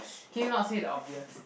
can you not say the obvious